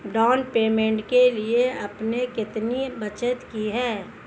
Down payment के लिए आपने कितनी बचत की है?